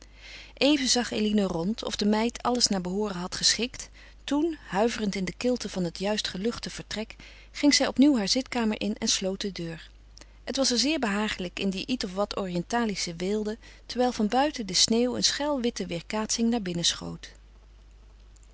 even zag eline rond of de meid alles naar behooren had geschikt toen huiverend in de kilte van het juist geluchte vertrek ging zij opnieuw haar zitkamer in en sloot de deur het was er zeer behagelijk in die iet of wat orientalische weelde terwijl van buiten de sneeuw een schelwitte weêrkaatsing naar binnen